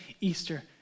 Easter